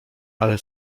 ale